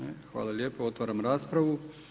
Ne, hvala lijepo, otvaram raspravu.